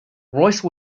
royce